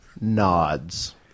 nods